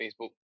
Facebook